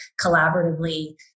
collaboratively